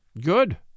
Good